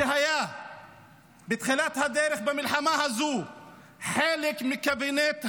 שהיה בתחילת הדרך במלחמה הזאת חלק מקבינט המלחמה,